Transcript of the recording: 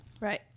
Right